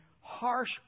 harsh